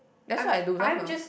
I'm I'm just